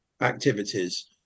activities